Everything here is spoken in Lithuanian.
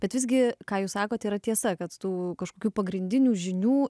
bet visgi ką jūs sakote yra tiesa kad tų kažkokių pagrindinių žinių